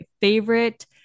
favorite